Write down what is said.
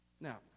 Now